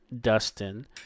Dustin